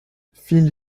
file